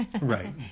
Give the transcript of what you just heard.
Right